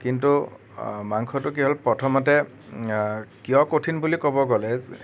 কিন্তু মাংসটো কি হ'ল প্ৰথমতে কিয় কঠিন বুলি ক'ব গ'লে